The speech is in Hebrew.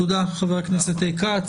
תודה, חבר הכנסת כץ.